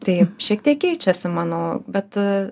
tai šiek tiek keičiasi mano bet